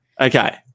Okay